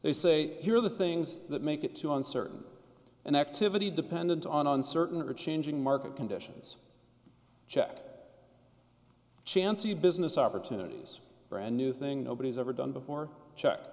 they say here are the things that make it too uncertain an activity dependent on uncertain or changing market conditions check chancy business opportunities brand new thing nobody's ever done before check